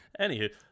Anywho